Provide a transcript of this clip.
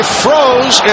froze